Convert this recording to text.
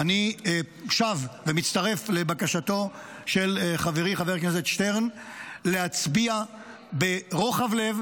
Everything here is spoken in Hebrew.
אני שב ומצטרף לבקשתו של חברי חבר הכנסת שטרן להצביע ברוחב לב,